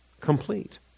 complete